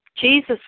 Jesus